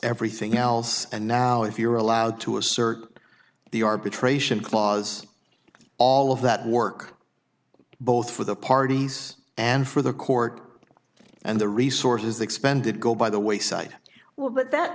everything else and now if you're allowed to assert the arbitration clause all of that work both for the parties and for the court and the resources expended go by the wayside well but that th